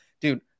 dude